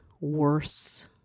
worse